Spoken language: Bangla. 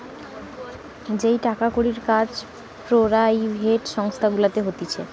যেই টাকার কড়ির কাজ পেরাইভেট সংস্থা গুলাতে হতিছে